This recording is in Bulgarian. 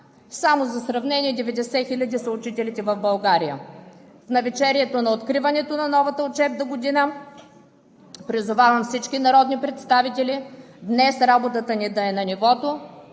само за сравнение: 90 хиляди са учителите в България. В навечерието на откриването на новата учебна година призовавам всички народни представители днес работата ни да е на нивото